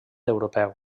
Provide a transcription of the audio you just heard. europeu